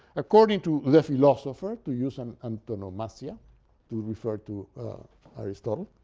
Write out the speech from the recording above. according to the philosopher, to use an antonomasia to refer to aristotle,